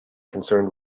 concerned